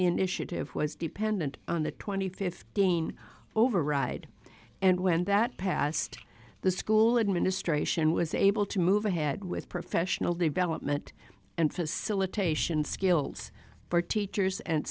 the initiative was dependent on the twenty fifteen override and when that passed the school administration was able to move ahead with professional development and facilitation skills for teachers and